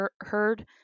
heard